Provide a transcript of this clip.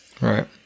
Right